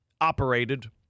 operated